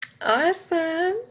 Awesome